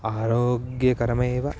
आरोग्यकरमेव